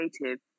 creative